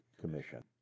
Commission